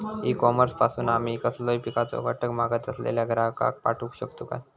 E commerce पासून आमी कसलोय पिकाचो घटक मागत असलेल्या ग्राहकाक पाठउक शकतू काय?